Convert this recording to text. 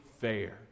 fair